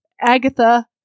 Agatha